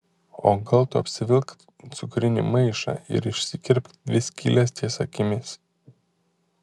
o gal tu apsivilk cukrinį maišą ir išsikirpk dvi skyles ties akimis